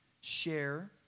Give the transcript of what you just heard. share